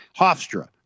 Hofstra